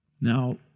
Now